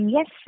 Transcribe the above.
Yes